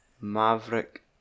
maverick